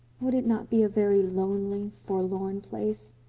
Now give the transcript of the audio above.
would it not be a very lonely, forlorn place?